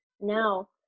now